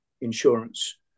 insurance